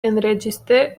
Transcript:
enregistre